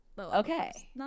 Okay